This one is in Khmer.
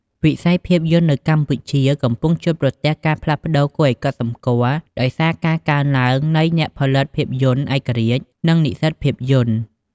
វិស័យភាពយន្តនៅកម្ពុជាកំពុងជួបប្រទះការផ្លាស់ប្តូរគួរឱ្យកត់សម្គាល់ ដោយសារការកើនឡើងនៃ អ្នកផលិតភាពយន្តឯករាជ្យ និងនិស្សិតភាពយន្ត។